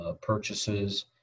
purchases